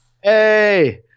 Hey